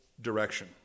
direction